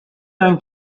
and